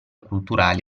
culturali